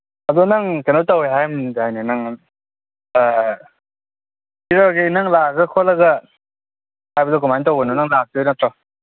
ꯑꯗꯣ ꯅꯪ ꯀꯩꯅꯣ ꯇꯧꯋꯦ ꯍꯥꯏꯔꯝꯗꯥꯏꯅꯦ ꯅꯪ ꯄꯤꯔꯛꯑꯒꯦ ꯅꯪ ꯂꯥꯛꯑꯒ ꯈꯣꯠꯂꯒ ꯍꯥꯏꯕꯗꯣ ꯀꯃꯥꯏꯅ ꯇꯧꯕꯅꯣ ꯅꯪ ꯂꯥꯛꯇꯣꯏ ꯅꯠꯇ꯭ꯔꯣ